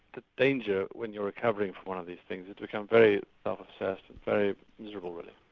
the danger when you're recovering from one of these things is to become very self-obsessed and very miserable really.